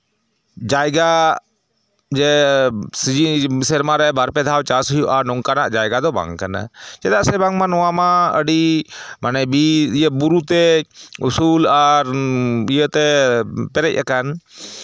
ᱡᱟᱭᱜᱟ ᱥᱮᱨᱢᱟ ᱨᱮ ᱵᱟᱨᱯᱮ ᱫᱷᱟᱣ ᱪᱟᱥ ᱦᱩᱭᱩᱜᱼᱟ ᱱᱚᱝᱠᱟᱱᱟᱜ ᱡᱟᱭᱜᱟ ᱫᱚ ᱵᱟᱝ ᱠᱟᱱᱟ ᱪᱮᱫᱟᱜ ᱥᱮ ᱵᱟᱝᱢᱟ ᱱᱚᱣᱟ ᱢᱟ ᱟᱹᱰᱤ ᱢᱟᱱᱮ ᱵᱩᱨᱩᱛᱮ ᱩᱥᱩᱞ ᱟᱨ ᱤᱭᱟᱹᱛᱮ ᱯᱮᱨᱮᱡ ᱟᱠᱟᱱ